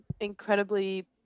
incredibly